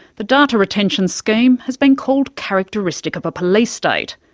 the data retention scheme has been called characteristic of a police state.